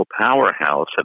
powerhouse